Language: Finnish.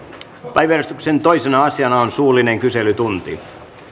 päiväjärjestyksen toisena asiana on suullinen kyselytunti